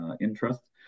interests